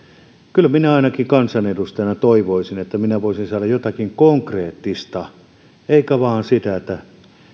kyllä minä ainakin kansanedustajana toivoisin että minä voisin saada jotakin konkreettista enkä vain sitä että